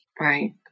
Right